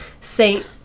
saint